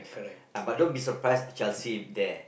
but don't be surprised if Chelsea is there